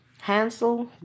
Hansel